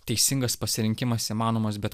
teisingas pasirinkimas įmanomas bet